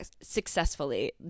successfully